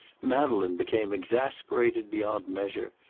madeleine became exasperated beyond measure,